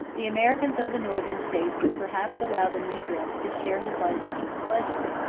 the american of the northern states would perhaps allow the negress to share his licentious pleasures,